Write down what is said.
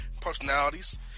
personalities